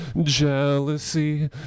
jealousy